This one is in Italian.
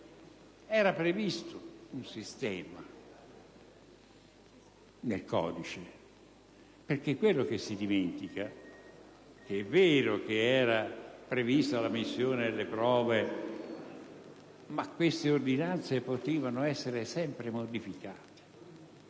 era previsto un sistema nel codice, perché quel che si dimentica è che se è vero che era contemplata l'ammissione delle prove, tuttavia le relative ordinanze potevano essere sempre modificate.